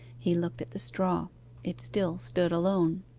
he looked at the straw it still stood alone.